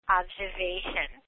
observation